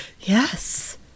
Yes